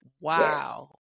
Wow